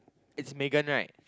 it's Megan right